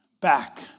back